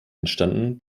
entstanden